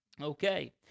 Okay